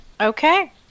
okay